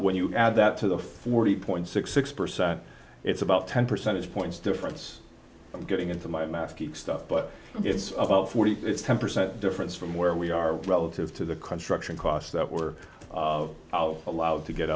when you add that to the forty point six six percent it's about ten percentage points difference i'm getting into my math geek stuff but it's about forty it's ten percent difference from where we are relative to the construction costs that we're allowed to get